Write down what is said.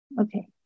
Okay